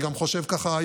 גם היום אני חושב ככה,